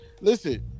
Listen